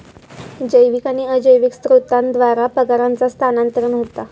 जैविक आणि अजैविक स्त्रोतांद्वारा परागांचा स्थानांतरण होता